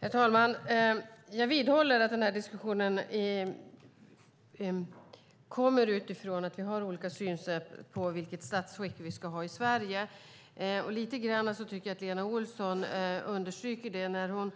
Fru talman! Jag vidhåller att den här diskussionen kommer utifrån att vi har olika synsätt på vilket statsskick vi ska ha i Sverige. Litet grann tycker jag att Lena Olsson understryker det när hon